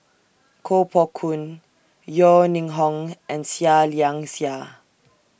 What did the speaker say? Koh Poh Koon Yeo Ning Hong and Seah Liang Seah